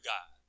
God